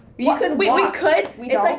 yeah and we we could, we don't. like